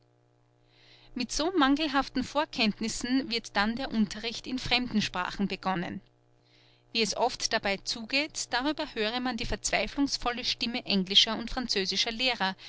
mit so mangelhaften vorkenntnissen wird dann der unterricht in fremden sprachen begonnen wie es oft dabei zugeht darüber höre man die verzweiflungsvolle stimme englischer und französischer lehrer